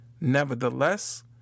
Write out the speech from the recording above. nevertheless